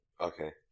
Okay